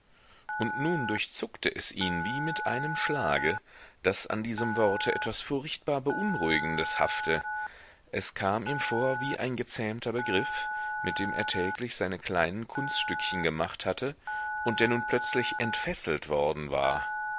und nun durchzuckte es ihn wie mit einem schlage daß an diesem worte etwas furchtbar beunruhigendes hafte es kam ihm vor wie ein gezähmter begriff mit dem er täglich seine kleinen kunststückchen gemacht hatte und der nun plötzlich entfesselt worden war